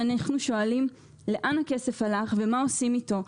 אנחנו שואלים לאן הכסף הלך ומה עושים איתו?